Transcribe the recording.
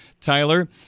Tyler